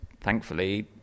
thankfully